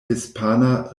hispana